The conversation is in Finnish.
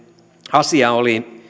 asia oli